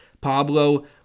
Pablo